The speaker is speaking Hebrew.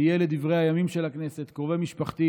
שיהיה לדברי הימים של הכנסת: קרובי משפחתי